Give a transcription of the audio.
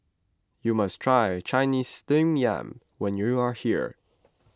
you must try Chinese Steamed Yam when you are here